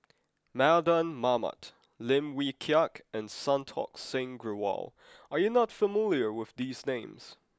Mardan Mamat Lim Wee Kiak and Santokh Singh Grewal are you not familiar with these names